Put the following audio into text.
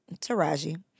Taraji